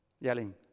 yelling